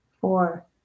four